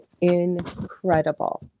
incredible